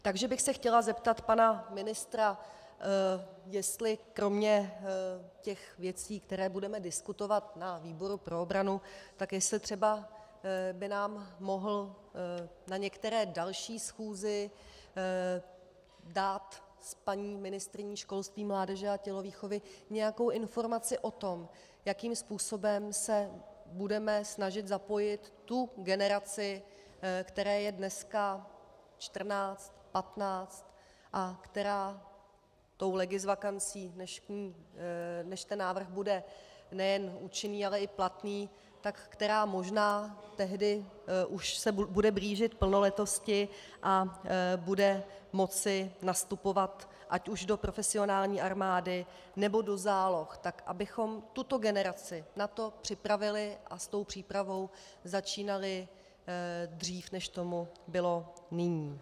Takže bych se chtěla zeptat pana ministra, jestli kromě těch věcí, které budeme diskutovat ve výboru pro obranu, by nám mohl na některé další schůzi dát s paní ministryní školství, mládeže a tělovýchovy nějakou informaci o tom, jakým způsobem se budeme snažit zapojit tu generaci, které je dnes čtrnáct, patnáct a která legisvakancí, než ten návrh bude nejen účinný, ale i platný, tak která možná tehdy se už bude blížit plnoletosti a bude moci nastupovat ať už do profesionální armády, nebo do záloh, tak abychom tuto generaci na to připravili a s tou přípravou začínali dřív, než tomu bylo nyní.